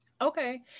Okay